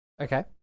Okay